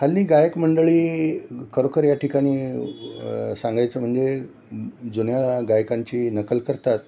हल्ली गायक मंडळी खरोखर या ठिकाणी सांगायचं म्हणजे जुन्या गायकांची नक्कल करतात